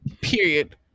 Period